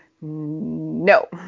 No